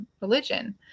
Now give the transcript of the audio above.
religion